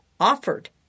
Offered